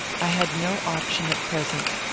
i had no option at present.